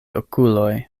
okuloj